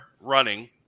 running